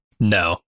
No